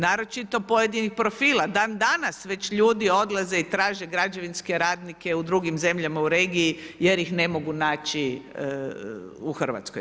Naročito pojedinih profila, dandanas već ljude odlaze i traže građevinske radnike u drugim zemljama u regiji jer ih ne mogu naći u Hrvatskoj.